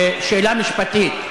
שאלה משפטית: